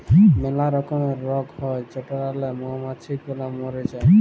ম্যালা রকমের রগ হ্যয় যেটরলে মমাছি গুলা ম্যরে যায়